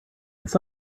this